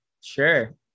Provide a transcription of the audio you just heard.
Sure